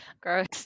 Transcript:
Gross